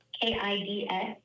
K-I-D-S